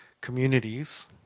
communities